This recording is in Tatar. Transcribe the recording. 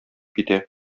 китә